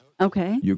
Okay